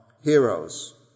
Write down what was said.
heroes